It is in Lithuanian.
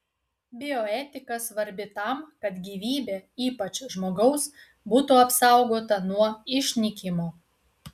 bioetika svarbi tam kad gyvybė ypač žmogaus būtų apsaugota nuo išnykimo